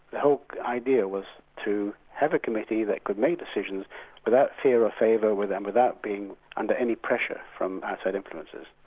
the whole idea was to have a committee that could make decisions without fear or favour, without without being under any pressure from outside influences.